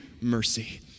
mercy